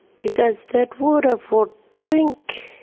because that water for drink.